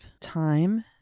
time